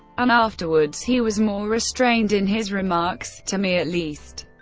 and afterwards he was more restrained in his remarks to me, at least.